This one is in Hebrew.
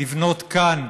לבנות כאן,